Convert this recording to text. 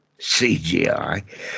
CGI